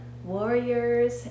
Warriors